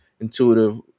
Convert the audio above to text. intuitive